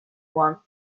one